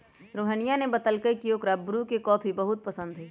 रोहिनीया ने बतल कई की ओकरा ब्रू के कॉफी बहुत पसंद हई